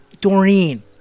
Doreen